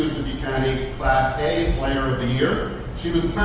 the the bcany class a player of the year, she was